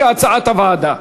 כהצעת הוועדה.